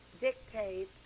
dictate